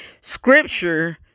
scripture